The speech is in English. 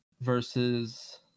versus